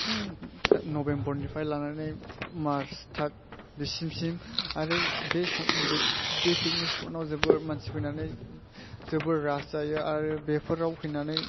नबेम्बरनिफ्राय लानानै मार्च बेसिम आरो बे फिकनिक स्पदआव जोबोर मानसि फैनानै जोबोर राज जायो आरो बेफोराव फैनानै